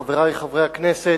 חברי חברי הכנסת,